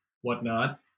whatnot